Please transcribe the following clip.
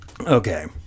okay